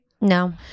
no